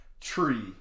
tree